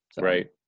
right